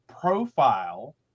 profile